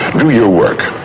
do your work,